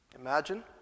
Imagine